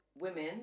Women